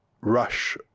rush